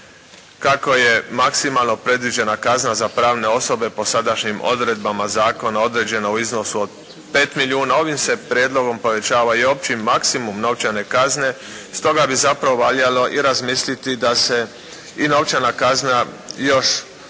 Kako je maksimalno predviđena kazna za pravne osobe po sadašnjim odredbama zakona određena u iznosu od 5 milijuna ovim se prijedlogom povećava i opći maksimum novčane kazne. Stoga bi zapravo valjalo i razmisliti da se i novčana kazna još primjereno